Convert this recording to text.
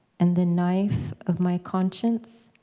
and the knife of my conscience